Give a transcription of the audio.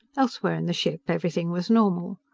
elsewhere in the ship, everything was normal.